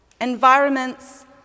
Environments